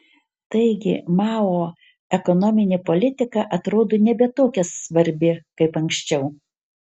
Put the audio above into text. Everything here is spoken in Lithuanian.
taigi mao ekonominė politika atrodo nebe tokia svarbi kaip anksčiau